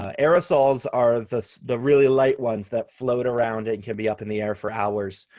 ah aerosols are the the really light ones that float around and can be up in the air for hours.